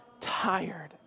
tired